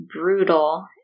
brutal